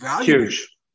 Huge